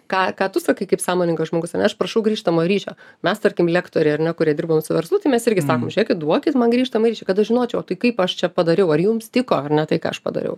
ką ką tu sakai kaip sąmoningas žmogus ane aš prašau grįžtamojo ryšio mes tarkim lektoriai ar ne kurie dirba su verslu tai mes irgi sakom žiūrėkit duokit man grįžtamąjį ryšį kad aš žinočiau o tai kaip aš čia padariau ar jums tiko ar ne tai ką aš padariau